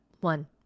one